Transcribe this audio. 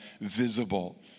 visible